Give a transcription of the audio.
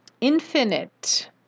infinite